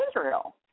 Israel